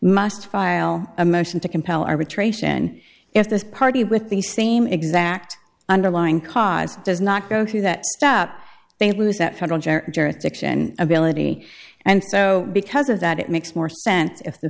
must file a motion to compel arbitration if this party with the same exact underlying cause does not go through that stop they lose that federal jurisdiction ability and so because of that it makes more sense if the